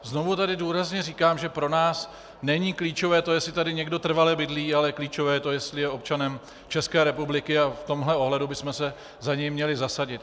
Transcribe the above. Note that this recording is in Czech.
Znovu tady důrazně říkám, že pro nás není klíčové to, jestli tady někdo trvale bydlí, ale klíčové je to, jestli je občanem České republiky, a v tomto ohledu bychom se za něj měli zasadit.